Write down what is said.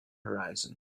horizon